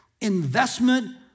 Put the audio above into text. investment